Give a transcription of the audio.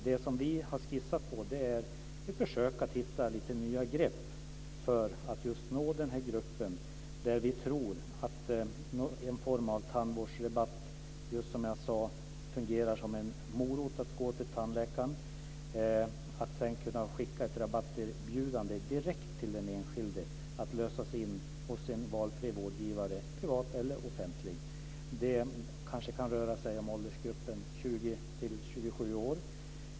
Det som vi har skissat på är ett försök att hitta lite nya grepp för att nå just denna grupp. Vi tror som jag sade att en form av tandvårdsrabatt fungerar som en morot när det gäller att få dessa grupper att gå till tandläkaren. Man skulle kunna skicka ett rabatterbjudande direkt till den enskilde, att lösas in hos valfri vårdgivare - privat eller offentlig. Det kan röra sig om åldersgruppen 20-27 år.